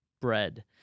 bread